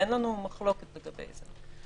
אין לנו מחלוקת לגבי זה.